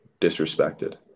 disrespected